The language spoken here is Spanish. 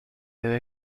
debe